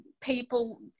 people